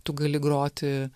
tu gali groti